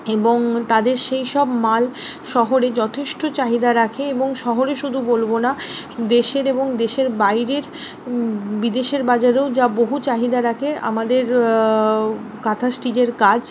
এবং তাদের সেই সব মাল শহরে যথেষ্ট চাহিদা রাখে এবং শহরে শুধু বলব না দেশের এবং দেশের বাইরের বিদেশের বাজারেও যা বহু চাহিদা রাখে আমাদের কাঁথা স্টিচের কাজ